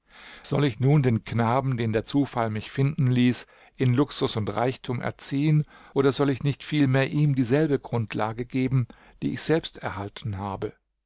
soll ich nun den knaben den der zufall mich finden ließ in luxus und reichtum erziehen oder soll ich nicht vielmehr ihm dieselbe grundlage geben die ich selbst erhalten habe